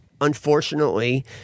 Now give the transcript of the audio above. unfortunately